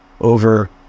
over